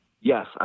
yes